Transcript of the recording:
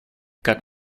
как